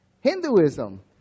Hinduism